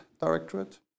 Directorate